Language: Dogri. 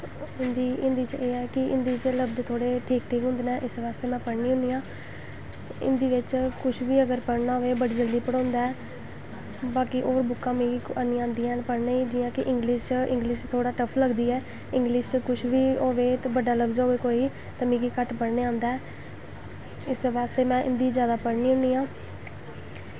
हिन्दी हिन्दी च एह् ऐ कि हिन्दी च लफ्ज थोह्ड़े ठीक ठीक होंदे न इस बास्तै में पढ़नी होन्नी आं हिन्दी बिच्च कुछ बी अगर पढ़ना होऐ बड़ा जल्दी पढ़ोंदा ऐ बाकी होर बुक्कां मिगी ऐनी आंदियां न पढ़ने जिया कि इंग्लिश इंग्लिश थोह्ड़ा टफ लगदी ऐ इंग्लिश च कुछ बी होए ते बड्डा लफ्ज होए कोई ते मिगी घट्ट पढ़ने आंदा ऐ इस्सै बास्तै में हिन्दी जादा पढ़नी होन्नी आं